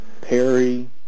Perry